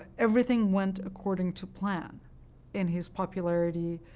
everything went according to plan in his popularity.